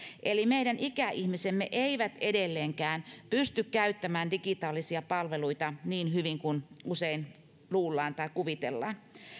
eli meidän ikäihmisemme eivät edelleenkään pysty käyttämään digitaalisia palveluita niin hyvin kuin usein luullaan tai kuvitellaan